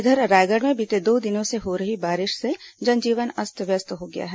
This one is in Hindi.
इधर रायगढ़ में बीते दो दिनों से हो रही बारिश से जनजीवन अस्त व्यस्त हो गया है